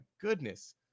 goodness